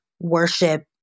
worship